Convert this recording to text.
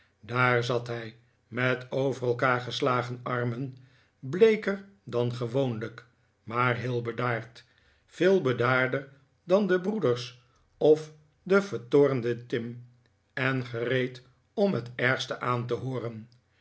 daar zat hij met over elkaar geslagen armen bleeker dan gewoonlijk maar heel bedaard veel bedaarder dan de gebroeders of de vertoornde tim en gereed om het ergste aan te hooren